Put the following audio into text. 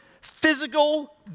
physical